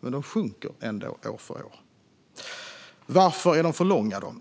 Men de sjunker ändå år för år. Varför är de då för långa?